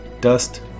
dust